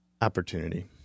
Opportunity